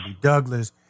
Douglas